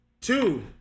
Two